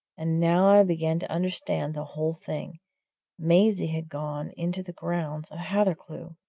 and now i began to understand the whole thing maisie had gone into the grounds of hathercleugh,